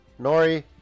Nori